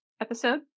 episode